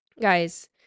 Guys